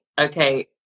okay